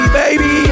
baby